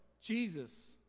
Jesus